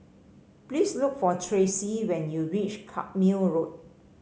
please look for Tracy when you reach Carpmael Road